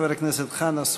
חברי הכנסת חנא סוייד,